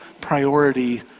priority